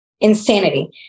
insanity